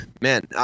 man